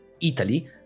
Italy